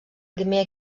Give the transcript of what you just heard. primer